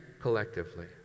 collectively